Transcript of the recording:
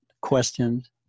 questions